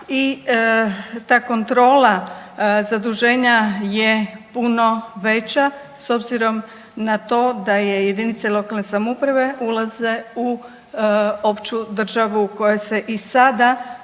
i ta kontrola zaduženja je puno veća s obzirom na to da je jedinice lokalne samouprave ulaze u opću državu u kojoj se i sada prema